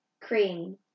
cream